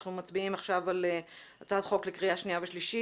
אנחנו מצביעים עכשיו על הצעת חוק לקריאה שנייה ושלישית,